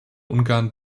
ungarn